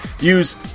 use